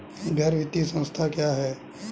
गैर वित्तीय संस्था क्या है?